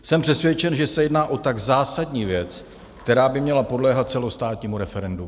Jsem přesvědčen, že se jedná o tak zásadní věc, která by měla podléhat celostátnímu referendu.